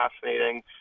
fascinating